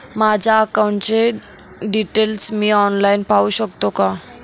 माझ्या अकाउंटचे डिटेल्स मी ऑनलाईन पाहू शकतो का?